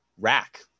rack